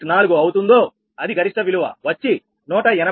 4 అవుతుందో అది గరిష్ట విలువ వచ్చి 180 MW